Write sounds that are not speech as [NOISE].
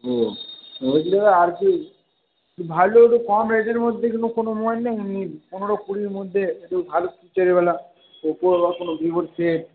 ও ওইগুলো আর কি ভালো কম রেটের মধ্যে কোনো মোবাইল নেই [UNINTELLIGIBLE] পনেরো কুড়ির মধ্যে ভালো ফিচারওয়ালা ওপো বা কোনো ভিভোর সেট